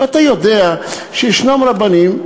ואתה יודע שיש רבנים,